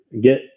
Get